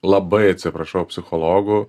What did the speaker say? labai atsiprašau psichologų